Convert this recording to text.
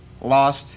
lost